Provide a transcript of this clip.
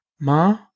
ma